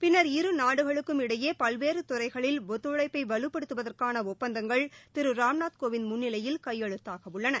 பின்னா் இரு நாடுகளுக்கும் இடையே பல்வேறு துறைகளில் ஒத்துழைப்பை வலுப்படுத்துவதற்கான ஒப்பந்தங்கள் திரு ராம்நாத் கோவிந்த் முன்னிலையில் கையெழுத்தாக உள்ளன